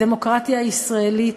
הדמוקרטיה הישראלית